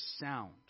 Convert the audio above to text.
sound